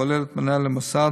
הכולל את מנהל המוסד,